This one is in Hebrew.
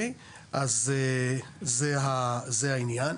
זה העניין.